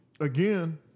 again